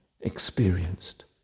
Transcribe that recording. experienced